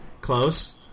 Close